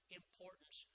importance